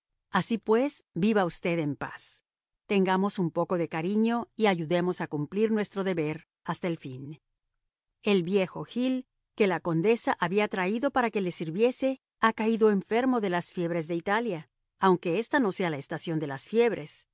así pues viva usted en paz ténganos un poco de cariño y ayúdenos a cumplir nuestro deber hasta el fin el viejo gil que la condesa había traído para que le sirviese ha caído enfermo de las fiebres de italia aunque ésta no sea la estación de las fiebres